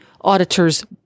auditor's